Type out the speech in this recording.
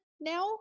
now